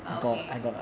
but okay